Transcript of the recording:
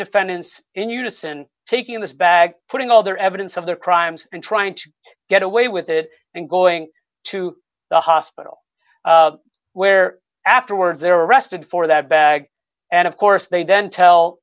defendants in unison taking this bag putting all their evidence of their crimes and trying to get away with it and going to the hospital where afterwards they're arrested for that bag and of course they then tell